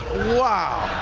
wow,